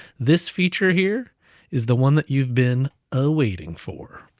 this feature here is the one that you've been ah waiting for.